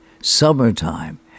Summertime